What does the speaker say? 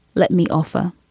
let me offer